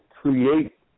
create